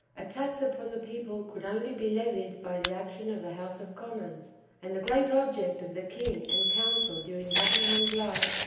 a tax upon the people could only be levied by the action of the house of commons and the great object of the king and council during buckingham's life,